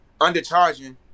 Undercharging